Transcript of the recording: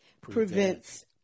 prevents